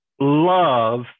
Love